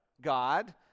God